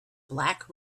black